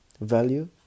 value